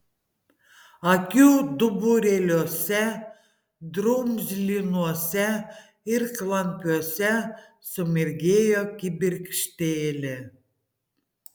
akių duburėliuose drumzlinuose ir klampiuose sumirgėjo kibirkštėlė